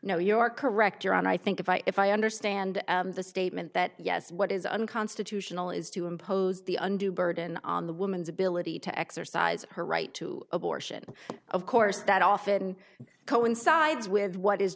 no you are correct your honor i think if i if i understand the statement that yes what is unconstitutional is to impose the undue burden on the woman's ability to exercise her right to abortion of course that often coincides with what is